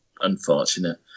unfortunate